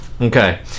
okay